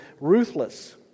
ruthless